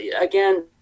again